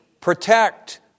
protect